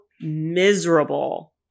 miserable